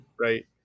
right